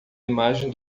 imagem